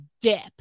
dip